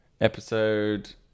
Episode